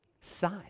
side